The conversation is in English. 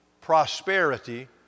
prosperity